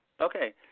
Okay